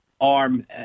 arm